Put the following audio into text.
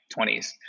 20s